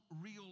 real